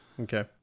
Okay